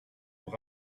vous